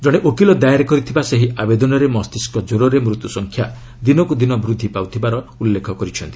ଜଣେ ଓକିଲ ଦାୟର କରିଥିବା ସେହି ଆବେଦନରେ ମସ୍ତିଷ୍କ ଜ୍ୱରରେ ମୃତ୍ୟୁ ସଂଖ୍ୟା ଦିନକୁ ଦିନ ବୃଦ୍ଧି ପାଉଥିବାର ଉଲ୍ଲେଖ କରିଛନ୍ତି